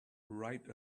right